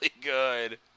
good